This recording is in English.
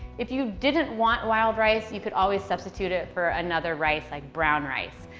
if you didn't want wild rice, you could always substitute it for another rice, like brown rice.